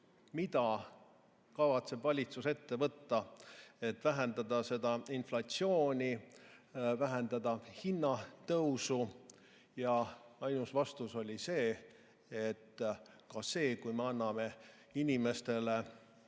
mida kavatseb valitsus ette võtta, et vähendada inflatsiooni, vähendada hinnatõusu. Ainus vastus oli see, et ka see, kui me anname inimestele